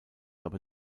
aber